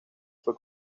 fue